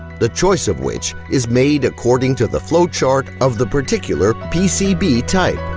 the choice of which is made according to the flow chart of the particular pcb type.